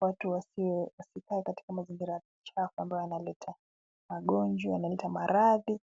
Watu wasikae katika mazingira chafu ambayo yanaleta magonjwa, yanaleta maradhi.